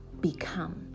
become